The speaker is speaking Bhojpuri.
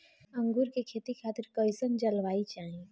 अंगूर के खेती खातिर कइसन जलवायु चाही?